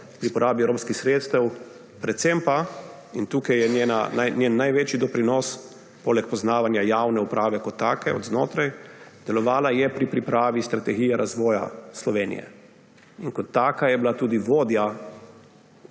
pri porabi evropskih sredstev. Predvsem pa, in tukaj je njen največji doprinos, poleg poznavanja javne uprave kot take od znotraj, je delovala pri pripravi Strategije razvoja Slovenije. In kot taka je bila tudi vodja